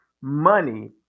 money